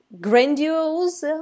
grandiose